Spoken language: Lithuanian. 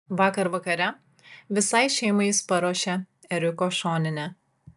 vakar vakare visai šeimai jis paruošė ėriuko šoninę